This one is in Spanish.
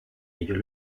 ellos